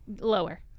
Lower